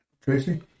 Tracy